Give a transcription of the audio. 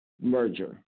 merger